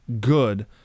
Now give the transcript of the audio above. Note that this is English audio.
good